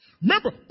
Remember